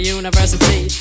university